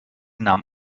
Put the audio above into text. nahm